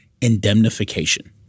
indemnification